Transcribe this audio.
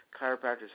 chiropractors